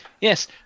Yes